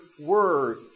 Word